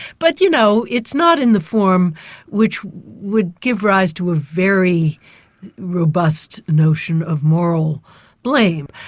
but you know, it's not in the form which would give rise to a very robust notion of moral blame.